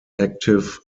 active